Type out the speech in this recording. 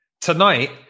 tonight